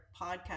podcast